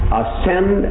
ascend